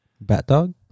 Bat-Dog